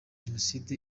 jenoside